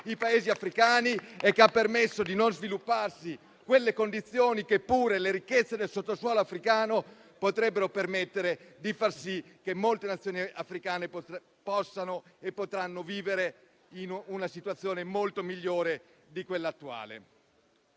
i Paesi africani e che ha permesso il mancato sviluppo di quelle condizioni che pure le ricchezze del sottosuolo africano potrebbero permettere, facendo sì che molte Nazioni africane potessero vivere in una situazione di gran lunga migliore di quella attuale.